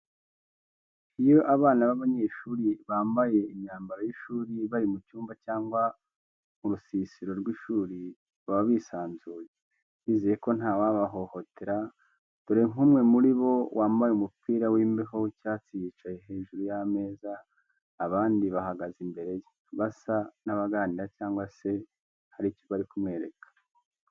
Iyo abana bab'abanyeshuri bambaye imyambaro y’ishuri bari mu cyumba cyangwa mu rusisiro rw’ishuri baba bisanzuye, bizeye ko nta wabahohotera, dore nk'umwe muri bo wambaye umupira w'imbeho w'icyatsi yicaye hejuru y'ameza, abandi bahagaze imbere ye, basa n’abaganira cyangwa se hari icyo bari kumwereka.